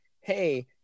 Hey